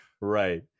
Right